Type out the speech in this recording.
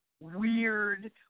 weird